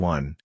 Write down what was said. One